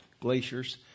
glaciers